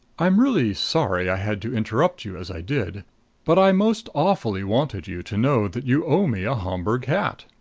i'm really sorry i had to interrupt you as i did but i most awfully wanted you to know that you owe me a homburg hat.